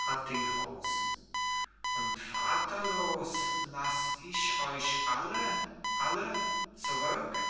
attinghausen und vaterlos lass ich euch alle alle zurück